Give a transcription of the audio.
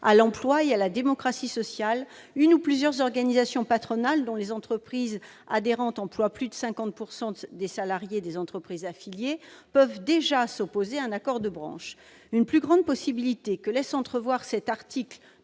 à l'emploi et à la démocratie sociale de 2014, une ou plusieurs organisations patronales, dont les entreprises adhérentes emploient plus de 50 % des salariés des entreprises affiliées, peuvent déjà s'opposer à un accord de branche. Ouvrir la possibilité de s'opposer encore